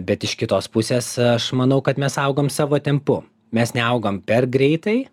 bet iš kitos pusės aš manau kad mes augam savo tempu mes neaugam per greitai